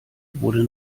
wurde